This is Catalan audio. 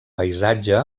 paisatge